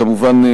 כמובן,